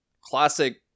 classic